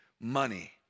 money